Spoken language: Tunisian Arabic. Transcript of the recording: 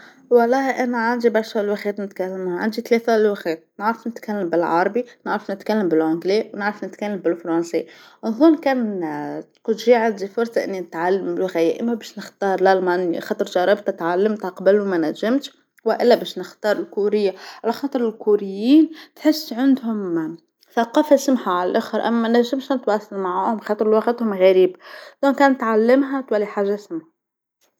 والله انا عندي برشا لغات نتكلمها نتكلمها عندي ثلاثة لغات نعرف نتكلم بالعربي نعرف نتكلم بالإونجلا نعرف نتكلم بالفرونسي، أظن كان كنت شى عندى فرصه اني نتعلم اللغة يا اما باش نختار لالمانيا خاطر شربت تعلمتها قبل وما نجمتش. والا باش نختار الكورية على خاطر الكوريين تحس عند ثقافة اسمها عالاخر اما نجمش نتواصل معاهم خاطر لوغتهم غريب لو كان تعلمها تولي حاجة سما.